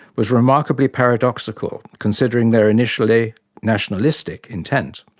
was remarkably paradoxical considering their initially nationalistic intent.